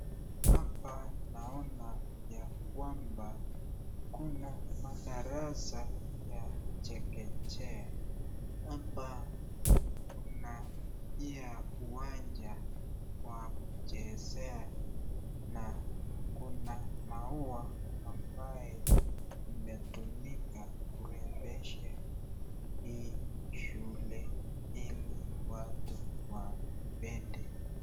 Hapa naona ya kwamba kuna madarasa ya chekechea hapa kuna kiwanja ya kuchezea na kuna maua ambaye imetumika kurembesha hii shule watu wapende.